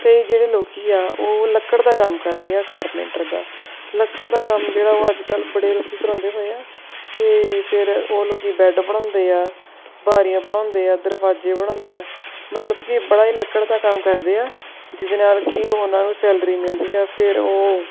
ਕਈ ਜਿਹੜੇ ਲੋਕ ਆ ਉਹ ਲੱਕੜ ਦਾ ਕੰਮ ਕਰਦੇ ਆ ਕਾਰਪੇਂਟਰ ਦਾ ਲੱਕੜ ਦਾ ਕੰਮ ਜਿਹੜਾ ਉਹ ਅੱਜ ਕੱਲ੍ਹ ਬੜੇ ਲੋਕ ਕਰਵਾਉਂਦੇ ਪਏ ਆ ਅਤੇ ਫਿਰ ਉਹ ਲੋਕ ਬੈੱਡ ਬਣਾਉਂਦੇ ਆ ਬਾਰੀਆਂ ਬਣਾਉਂਦੇ ਆ ਦਰਵਾਜ਼ੇ ਬਣਾਉਂਦੇ ਆ ਮਤਲਬ ਕਿ ਬੜਾ ਹੀ ਲੱਕੜ ਦਾ ਕੰਮ ਕਰਦੇ ਆ ਜਿਹਦੇ ਨਾਲ ਕਿ ਉਹਨਾਂ ਨੂੰ ਸੈਲਰੀ ਮਿਲਦੀ ਆ ਫਿਰ ਉਹ